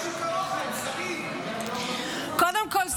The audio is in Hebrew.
קודם כול,